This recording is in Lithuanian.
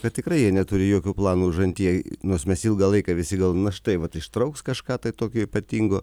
bet tikrai jie neturi jokio plano užantyje nors mes ilgą laiką visi galvojom na štai vat ištrauks kažką tai tokio ypatingo